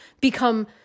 become